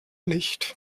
nicht